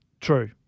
True